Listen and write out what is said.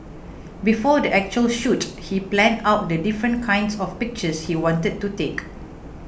before the actual shoot he planned out the different kinds of pictures he wanted to take